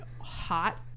hot